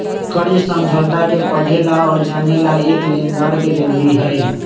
कर्ज समझौता के पढ़े ला और जाने ला एक लेनदार के जरूरी हई